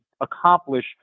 accomplish